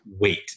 Wait